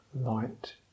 light